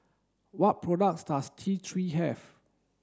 what products does T three have